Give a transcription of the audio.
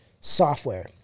software